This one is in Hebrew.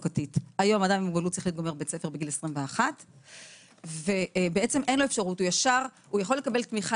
היום אדם עם מוגבלות שכלית גומר בית ספר בגיל 21. הוא יכול לקבל תמיכה,